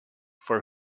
for